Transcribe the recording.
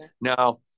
Now